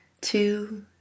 two